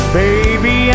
baby